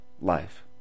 life